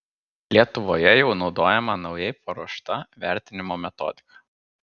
lietuvoje jau naudojama naujai paruošta vertinimo metodika